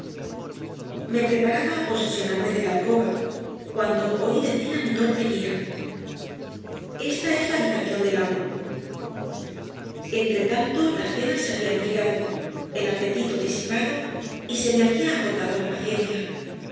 e preparaba a posesionarme de la alcoba cuando oídecir a mitorpeguía e sta esla habitación delamo e ntretanto la cena se había enfriado elapetito disipado y se me había agotado la paciencia